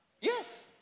Yes